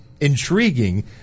intriguing